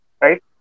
right